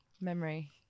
memory